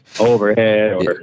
overhead